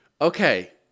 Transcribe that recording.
Okay